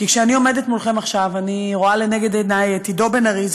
כי כשאני עומדת מולכם עכשיו אני רואה לנגד עיני את עידו בן ארי,